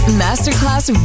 masterclass